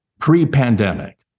pre-pandemic